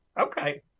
okay